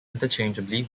interchangeably